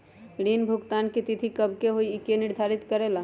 ऋण भुगतान की तिथि कव के होई इ के निर्धारित करेला?